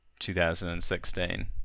2016